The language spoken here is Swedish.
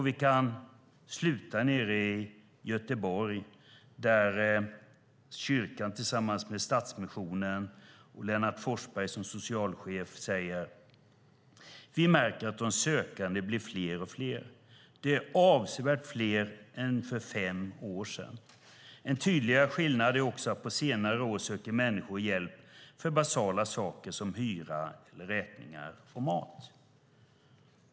Vi kan sluta nere i Göteborg, där kyrkan tillsammans med Stadsmissionen och Lennart Forsberg som socialchef säger: "Men vi märker att de sökande blir fler och fler. De är avsevärt fler nu än för fem år sedan." En tydlig skillnad är också att på senare år söker människor hjälp för basala saker som hyra eller räkningar och mat.